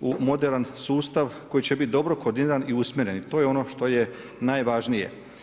u moderna sustav koji će biti dobro koordiniran i usmjeren, to je ono što je najvažnije.